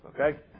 okay